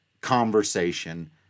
conversation